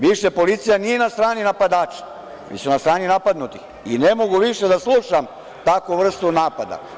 Više policija nije na strani napadača, mislim na strani napadnutih i ne mogu više da slušam takvu vrstu napada.